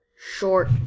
short